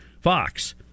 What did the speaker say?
Fox